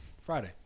Friday